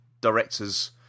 directors